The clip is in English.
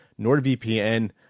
NordVPN